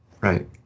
Right